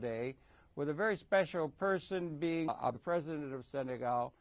day with a very special person being a president of senegal